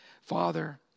Father